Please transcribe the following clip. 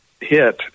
hit